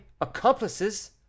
accomplices